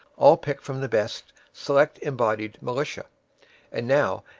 all picked from the best select embodied militia and now,